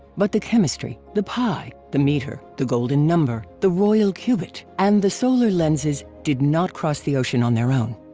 but the chemistry, the pi, the meter, the golden number, the royal cubit and the solar lenses did not cross the ocean on their own!